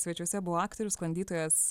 svečiuose buvo aktorius sklandytojas